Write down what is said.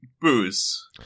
booze